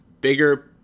bigger